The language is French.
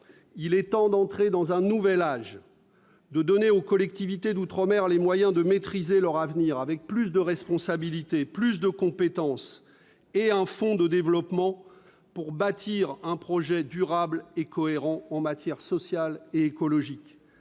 Il est temps d'entrer dans un nouvel âge, de donner aux collectivités d'outre-mer les moyens de maîtriser leur avenir, avec plus de responsabilités et plus de compétences, et avec un fonds de développement pour bâtir un projet durable et cohérent en matière sociale et écologique.